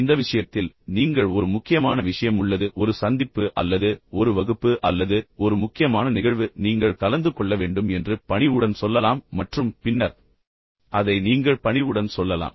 இந்த விஷயத்தில் நீங்கள் ஒரு முக்கியமான விஷயம் உள்ளது ஒரு சந்திப்பு அல்லது ஒரு வகுப்பு அல்லது ஒரு முக்கியமான நிகழ்வு நீங்கள் கலந்து கொள்ள வேண்டும் என்று பணிவுடன் சொல்லலாம் மற்றும் பின்னர் அதை நீங்கள் பணிவுடன் சொல்லலாம்